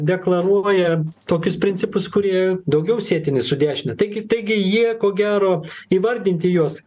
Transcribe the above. deklaruoja tokius principus kurie daugiau sietini su dešine taigi taigi jie ko gero įvardinti juos